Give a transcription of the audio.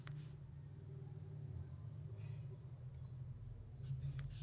ಗ್ರಾಹಕರಿಗೆ ಒಳ್ಳೆ ಗುಣಮಟ್ಟದ ಹಾಲು ಮತ್ತ ಹಾಲಿನ ಉತ್ಪನ್ನಗಳನ್ನ ಪೂರೈಸುದರ ಮೂಲಕ ಅಮುಲ್ ಕಂಪನಿ ಯಶಸ್ವೇ ಆಗೇತಿ